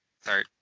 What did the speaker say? Sorry